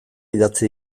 idatzi